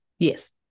Yes